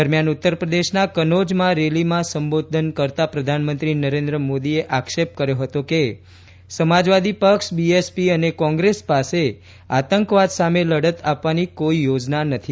દરમ્યાન ઉત્તરપ્રદેશના કનોજમાં રેલીમાં સંબોધન કરતા પ્રધાનમંત્રી નરેન્દ્ર મોદીએ આક્ષેપ કર્યો હતો કે સમાજવાદી પક્ષ બીએસપી અને કોંગ્રેસ પાસે આતંકવાદ સામે લડત આપવાની કોઇ યોજના નથી